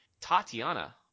Tatiana